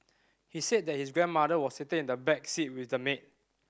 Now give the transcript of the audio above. he said that his grandmother was sitting in the back seat with the maid